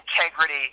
integrity